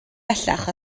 bellach